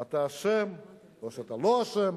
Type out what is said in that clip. אתה אשם או שאתה לא אשם.